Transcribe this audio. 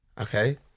Okay